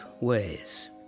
ways